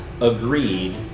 agreed